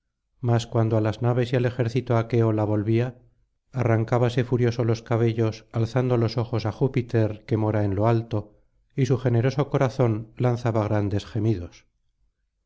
mas cuando á las naves y al ejército aqueo la volvía arrancábase furioso los cabellos alzando los ojos á júpiter que mora en lo alto y su generoso corazón lanzaba grandes gemidos